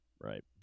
Right